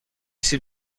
سیب